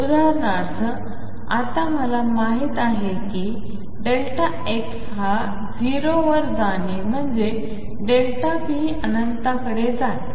उदाहरणार्थ आता मला माहीत आहे की x हा 0 वर जाणे म्हणजे p अनंततेकडे जाते